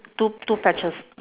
two two patches